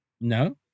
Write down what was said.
No